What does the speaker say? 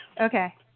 Okay